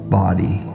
body